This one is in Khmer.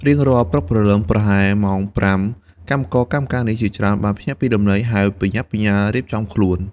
រៀងរាល់ព្រឹកព្រលឹមប្រហែលម៉ោង ៥ កម្មករកម្មការិនីជាច្រើនបានភ្ញាក់ពីដំណេក ហើយប្រញាប់ប្រញាល់រៀបចំខ្លួន។